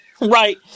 right